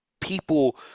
people